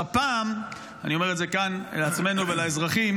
פעם, אני אומר את זה כאן לעצמנו ולאזרחים,